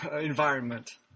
environment